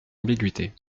ambiguïté